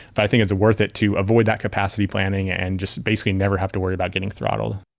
but i think it's worth it to avoid that capacity planning and just basically never have to worry about getting throttled